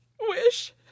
wish